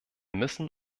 müssen